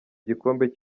igikombe